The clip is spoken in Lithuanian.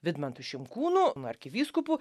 vidmantu šimkūnu arkivyskupu